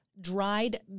dried